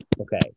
Okay